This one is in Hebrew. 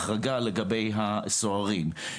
לגבי הסוהרים.